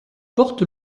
porte